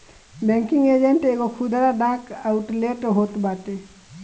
banking agent एगो खुदरा डाक आउटलेट होत बाटे